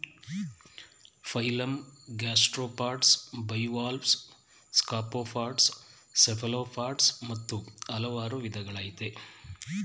phylum gastropods bivalves scaphopods cephalopods ಮತ್ತು ಹಲ್ವಾರ್ ವಿದಗಳಯ್ತೆ